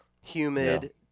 humid